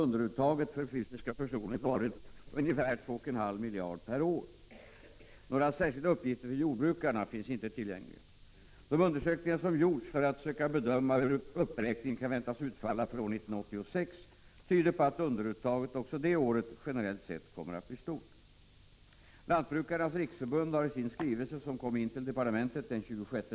Problemet är att det ofta är högre inkomsttagare som preliminärdeklarerar och därmed tillskansar sig en skattekredit, medan sådana som kanske sitter ganska illa till, däribland landets småbönder, inte preliminärdeklarerar utan lojalt finner sig i det för höga preliminärskatteuttaget.